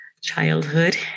childhood